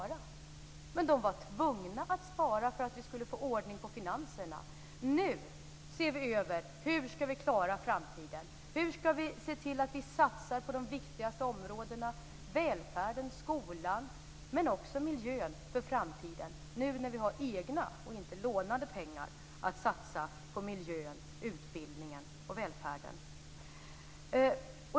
De var tvungna att spara för att vi skulle få ordning på finanserna. Nu ser vi över hur vi skall klara framtiden. Hur skall vi se till att vi för framtiden satsar på de viktigaste områdena, välfärden och skolan, men också på miljön, nu när vi har egna och inte lånade pengar att satsa på miljön, utbildningen och välfärden?